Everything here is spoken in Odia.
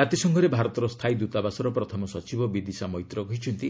ଜାତିସଂଘରେ ଭାରତର ସ୍ଥାୟୀ ଦ୍ୱତାବାସର ପ୍ରଥମ ସଚିବ ବିଦିଶା ମୈତ୍ର କହିଛନ୍ତି